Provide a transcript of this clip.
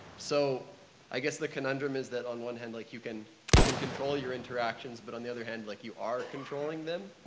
so i guess the conundrum is that on one hand, like you can you can control your interactions, but on the other hand, like you are controlling them.